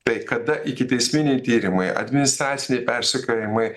tai kada ikiteisminiai tyrimai administraciniai persekiojimai